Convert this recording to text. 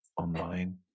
online